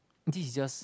this is just